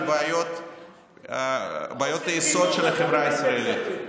לבעיות היסוד של החברה הישראלית.